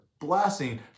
blessing